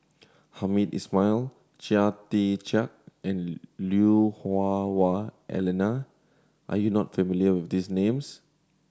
Hamed Ismail Chia Tee Chiak and Lui Hah Wah Elena are you not familiar with these names